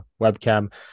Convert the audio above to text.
webcam